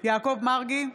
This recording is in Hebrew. יעקב מרגי,